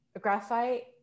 Graphite